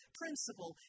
principle